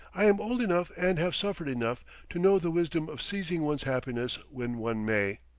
i am old enough and have suffered enough to know the wisdom of seizing one's happiness when one may.